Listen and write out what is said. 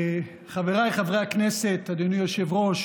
חבריי חברי הכנסת, אדוני היושב-ראש,